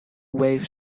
wave